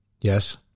Yes